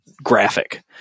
graphic